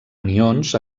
anions